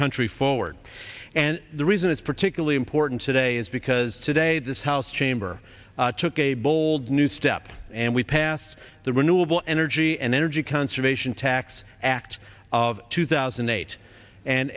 country forward and the reason it's particularly important today is because today this house chamber took a bold new step and we passed the renewable energy and energy conservation tax act of two thousand and eight and